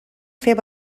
fer